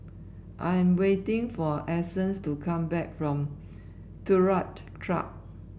I am waiting for Essence to come back from Turut Track